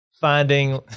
finding